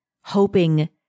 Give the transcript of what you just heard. hoping